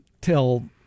tell